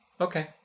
okay